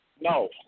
No